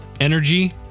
energy